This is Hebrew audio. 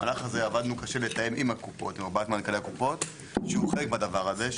במהלך הזה עבדנו קשה לתאם עם הקופות שהוא חלק מהדבר הזה,